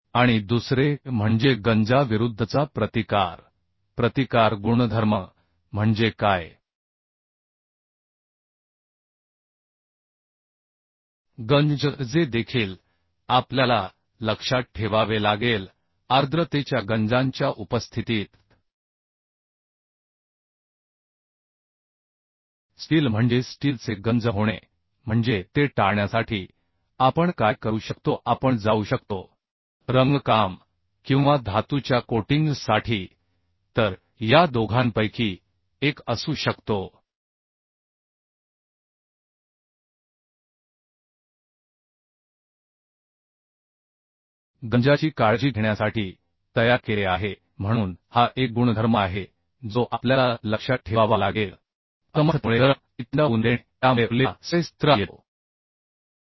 आणि दुसरे म्हणजे गंजाविरूद्धचा प्रतिकार प्रतिकार गुणधर्म म्हणजे काय गंज जे देखील आपल्याला लक्षात ठेवावे लागेल आर्द्रतेच्या उपस्थितीत गंज लागला जातो स्टीलचे गंज होणे म्हणजे ते टाळण्यासाठी आपण काय करू शकतो आपण जाऊ शकतो रंगकाम किंवा धातूच्या कोटिंग साठी तर या दोघांपैकी एक असू शकतो गंजाची काळजी घेण्यासाठी तयार केले आहे म्हणून हा एक गुणधर्म आहे जो आपल्याला लक्षात ठेवावा लागेल आणि मग दुसरा गुणधर्म म्हणजे रेसिड्युअल स्ट्रेस असमर्थतेमुळे गरम आणि थंड होऊ न देणे त्या मुळे उरलेला स्ट्रेस चित्रात येतो